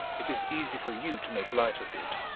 it is easy for you to make light of it.